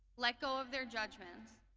let go of their judgements.